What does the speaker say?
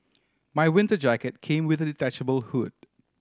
my winter jacket came with a detachable hood